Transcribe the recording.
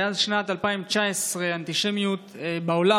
מאז שנת 2019 האנטישמיות בעולם,